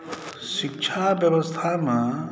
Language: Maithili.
शिक्षा व्यवस्थामे